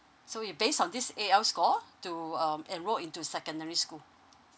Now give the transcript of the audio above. so you base on this A_L score to um enrol into secondary school